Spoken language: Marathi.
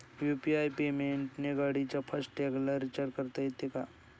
यु.पी.आय पेमेंटने गाडीच्या फास्ट टॅगला रिर्चाज करता येते का?